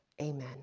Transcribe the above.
amen